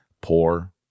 Poor